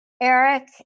eric